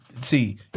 See